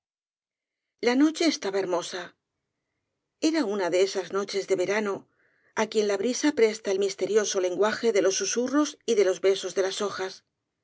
la noche estaba hermosa era una de esas noches de verano á quien la brisa presta el misterioso lenguaje de los susurros y de los besos de las hojas